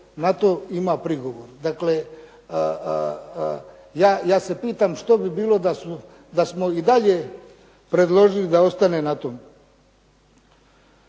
na to ima prigovor. Dakle, ja se pitam što bi bilo da smo i dalje predložili da ostane na tom?